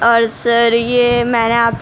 اور سر یہ میں نے آپ سے